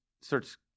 starts